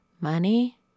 money